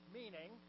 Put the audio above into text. meaning